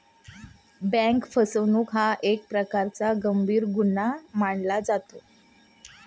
bank फसवणूक हा एक प्रकारचा गंभीर गुन्हा मानला जातो